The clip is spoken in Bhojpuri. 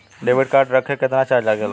डेबिट कार्ड रखे के केतना चार्ज लगेला?